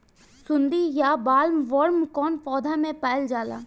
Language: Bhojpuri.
सुंडी या बॉलवर्म कौन पौधा में पाइल जाला?